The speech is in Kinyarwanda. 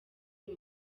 uyu